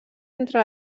entre